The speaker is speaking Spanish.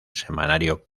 semanario